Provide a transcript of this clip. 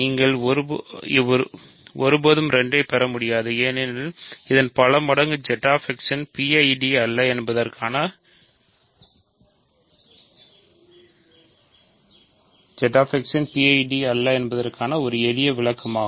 நீங்கள் ஒருபோதும் 2 ஐப் பெற முடியாது ஏனெனில் இதன் பல மடங்கு Z X ஏன் PID அல்ல என்பதற்கான எளிய விளக்கமாகும்